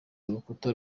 urukuta